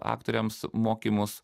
aktoriams mokymus